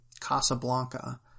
Casablanca